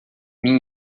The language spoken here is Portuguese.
minha